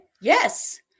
yes